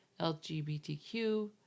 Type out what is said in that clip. LGBTQ